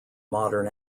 modern